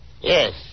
Yes